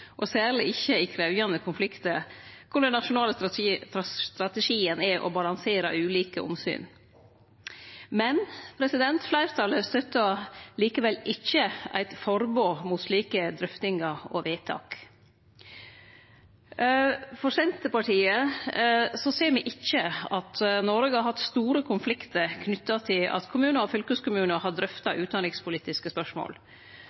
og særleg ikkje i krevjande konfliktar, der den nasjonale strategien er å balansere ulike omsyn. Men fleirtalet støttar likevel ikkje eit forbod mot slike drøftingar og vedtak. I Senterpartiet ser me ikkje at Noreg har hatt store konfliktar knytte til at kommunar og fylkeskommunar har drøfta utanrikspolitiske spørsmål.